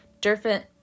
Different